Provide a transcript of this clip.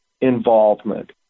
involvement